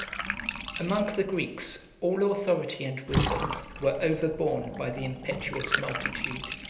among the greeks, all authority and wisdom were overborne by the impetuous multitude,